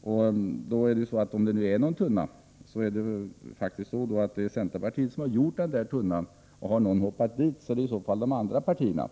Om det är en tunna, så är det faktiskt centerpartiet som har ställt ut den. Och har någon hoppat dit är det i så fall de andra partierna.